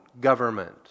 government